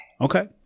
Okay